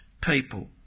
people